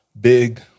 big